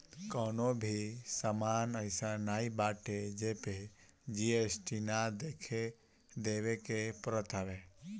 कवनो भी सामान अइसन नाइ बाटे जेपे जी.एस.टी ना देवे के पड़त हवे